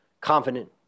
confident